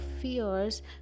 fears